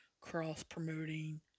cross-promoting